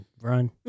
Run